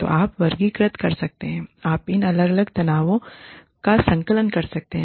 तो आप वर्गीकृत कर सकते हैं आप इन अलग अलग तनावों का संकलन कर सकते हैं